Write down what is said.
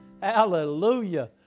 Hallelujah